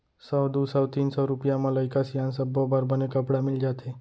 सौ, दू सौ, तीन सौ रूपिया म लइका सियान सब्बो बर बने कपड़ा मिल जाथे